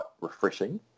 refreshing